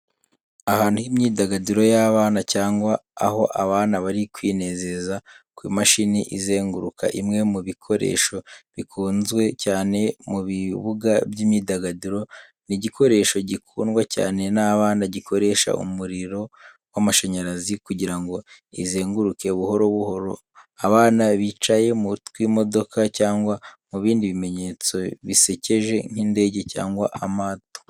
Ahantu h'imyidagaduro y'abana cyangwa aho abana bari kwinezeza ku imashini izenguruka, imwe mu bikoresho bikunzwe cyane mu bibuga by'imyidagaduro. Ni igikoresho gikundwa cyane n'abana gikoresha umuriro w’amashanyarazi kugira ngo izenguruke buhoro buhoro, abana bicaye mu tw'imodoka cyangwa mu bindi bimenyetso bisekeje nk’indege cyangwa amato.